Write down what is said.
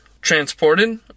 Transported